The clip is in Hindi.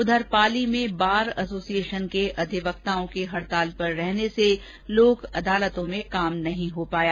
उधर पाली में बार एसोसिएशन के अधिवक्ताओं के हडताल पर रहने से लोक अदालतों में काम नहीं हो पाया